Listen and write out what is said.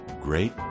Great